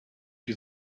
die